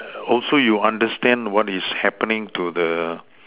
also you understand what is happening to the